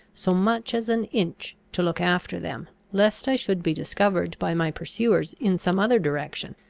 so much as an inch, to look after them, lest i should be discovered by my pursuers in some other direction.